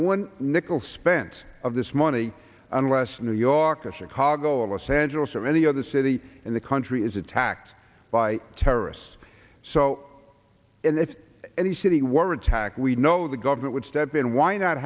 one nickel spent of this money unless new york or chicago or los angeles or any other city in the country is attacked by terrorists so if any city were attacked we know the government would step in why not